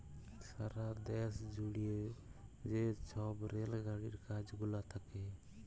সারা দ্যাশ জুইড়ে যে ছব রেল গাড়ির কাজ গুলা থ্যাকে